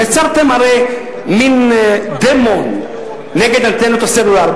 יצרתם הרי מין דמון נגד אנטנות הסלולר,